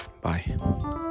Bye